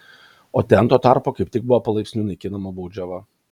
o ten tuo tarpu kaip tik buvo palaipsniui naikinama baudžiava